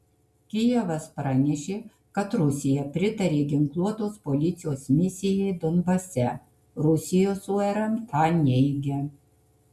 kijevas pranešė kad rusija pritarė ginkluotos policijos misijai donbase rusijos urm tą neigia